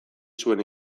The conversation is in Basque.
zuen